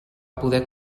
poder